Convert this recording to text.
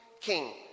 king